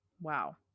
Wow